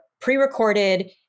pre-recorded